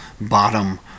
bottom